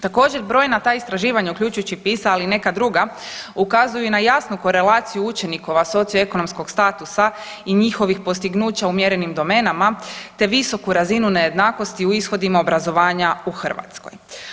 Također brojna ta istraživanja uključujući i PISA, ali i neka druga ukazuju i na jasnu korelaciju učenikova socioekonomskog statusa i njihovih postignuća u mjerenim domenama, te visoku razinu nejednakosti u ishodima obrazovanja u Hrvatskoj.